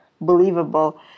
believable